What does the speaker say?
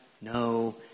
no